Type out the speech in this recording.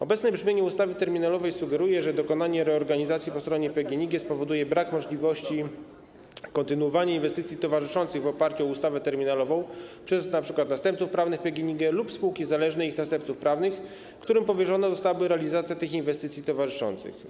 Obecne brzmienie ustawy terminalowej sugeruje, że dokonanie reorganizacji po stronie PGNiG spowoduje brak możliwości kontynuowania inwestycji towarzyszących na podstawie ustawy terminalowej przez np. następców prawnych PGNiG lub spółki zależnej i ich następców prawnych, którym powierzona zostałaby realizacja tych inwestycji towarzyszących.